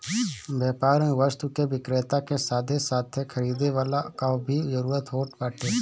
व्यापार में वस्तु के विक्रेता के साथे साथे खरीदे वाला कअ भी जरुरत होत बाटे